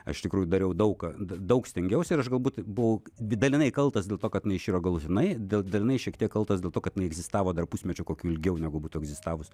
aš iš tikrųjų dariau daug ką daug stengiausi ir aš galbūt buvau dalinai kaltas dėl to kad jinai iširo galutinai dėl dalinai šiek tiek kaltas dėl to kad jinaieegzistavo dar pusmečiu kokiu ilgiau negu būtų egzistavusi